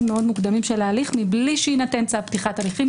מוקדמים של ההליך מבלי שיינתן צו פתיחת הליכים,